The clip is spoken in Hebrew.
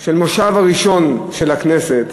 של המושב הראשון של הכנסת.